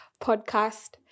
podcast